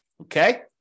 Okay